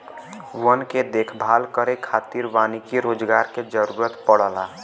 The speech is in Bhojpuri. वन के देखभाल करे खातिर वानिकी रोजगार के जरुरत पड़ला